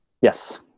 Yes